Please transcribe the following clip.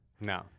No